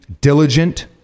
diligent